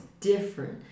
Different